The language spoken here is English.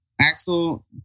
Axel